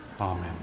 Amen